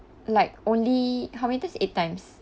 like only how many times eight times